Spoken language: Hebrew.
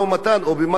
תודה רבה לאדוני.